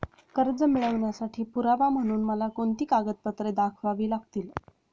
कर्ज मिळवण्यासाठी पुरावा म्हणून मला कोणती कागदपत्रे दाखवावी लागतील?